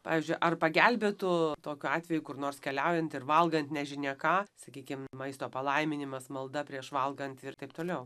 pavyzdžiui ar pagelbėtų tokiu atveju kur nors keliaujant ir valgant nežinia ką sakykim maisto palaiminimas malda prieš valgant ir taip toliau